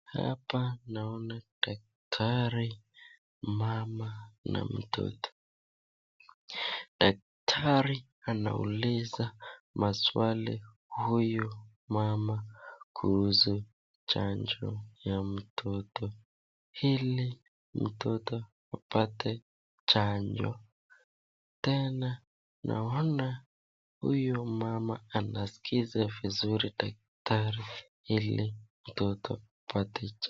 Hapa naona daktari mama na mtoto, daktari anauliza maswali huyu mama kuhusu chanjo ya mtoto. Ili mtoto apate chanjo, tena naona huyu mama anaskiza vizuri daktari ili mtoto apate chanjo.